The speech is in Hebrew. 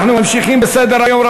רבותי, אנחנו ממשיכים בסדר-היום.